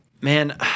man